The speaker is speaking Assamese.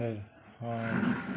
হয় হয়